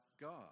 God